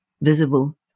visible